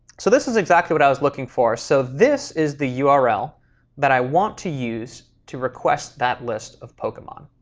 so this is exactly what i was looking for. so this is the ah url that i want to use to request that list of pokemon.